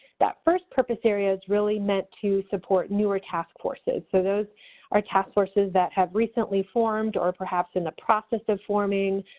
that first purpose area is really meant to support newer task forces. so those are task forces that have recently formed or perhaps are in the process of forming.